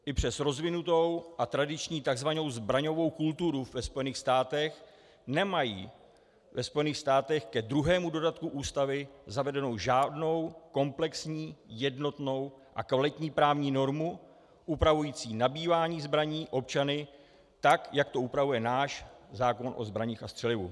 I přes rozvinutou a tradiční tzv. zbraňovou kulturu ve Spojených státech nemají ve Spojených státech k druhému dodatku ústavy zavedenou žádnou komplexní jednotnou a kvalitní právní normu upravující nabývání zbraní občany, tak jak to upravuje náš zákon o zbraních a střelivu.